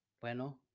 bueno